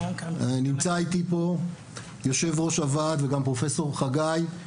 נמצא אתי פה יושב-ראש הוועד וגם פרופ' חגי.